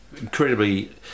incredibly